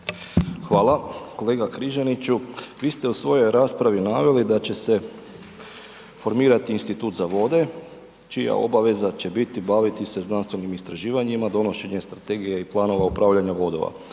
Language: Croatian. Hvala. Kolega Križaniću, vi ste u svojoj raspravi naveli da će se formirati institut za vode čija obaveza će biti baviti se znanstvenim istraživanjima, donošenje strategije i planova upravljanja voda.